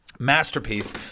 masterpiece